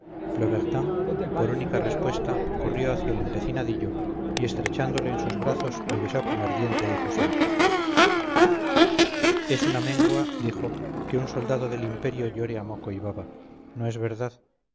por única respuesta corrió hacia el empecinadillo y estrechándole en sus brazos le besó con ardiente efusión es una mengua dijo que un soldado del imperio llore a moco y baba no es verdad